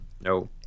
No